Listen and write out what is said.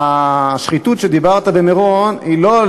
השחיתות במירון שדיברת עליה,